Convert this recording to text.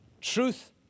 truth